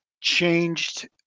changed